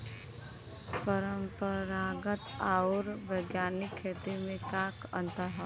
परंपरागत आऊर वैज्ञानिक खेती में का अंतर ह?